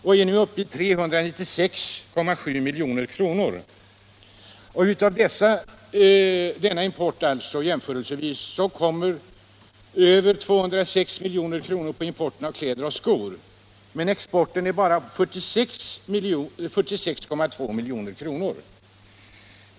Den är nu uppe i 396,7 milj.kr. Av denna import avser över 206 milj.kr. kläder och skor. Exporten från Sverige till Sydkorea uppgår bara till 46,2 milj.kr.